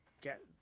get